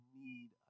need